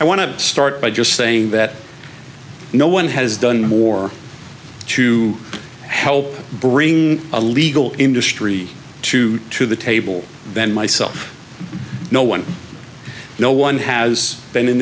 i want to start by just saying that no one has done more to help bring a legal industry to to the table than myself no one no one has been in